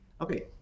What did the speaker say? okay